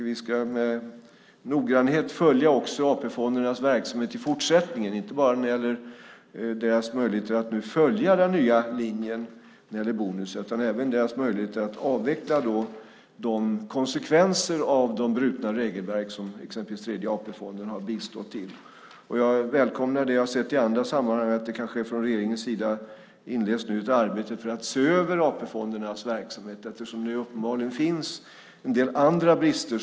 Vi ska med noggrannhet följa AP-fondernas verksamhet i fortsättningen, inte bara när det gäller deras möjligheter att följa den nya linjen vad gäller bonusar utan även deras möjligheter att avveckla de konsekvenser av de brutna regelverk som exempelvis Tredje AP-fonden har bistått till. Jag välkomnar det jag har sett i andra sammanhang, nämligen att det från regeringens sida kanske nu inleds ett arbete för att se över AP-fondernas verksamhet eftersom det uppenbarligen finns en del andra brister.